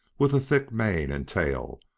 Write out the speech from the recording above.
with a thick mane and tail,